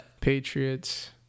Patriots